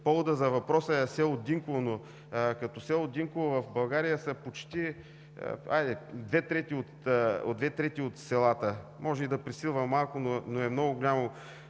поводът за въпроса е село Динково, но като село Динково в България са почти две трети от селата. Може и да пресилвам малко, но е много голямо